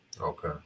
Okay